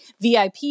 VIP